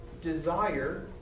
Desire